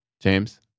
James